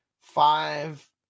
five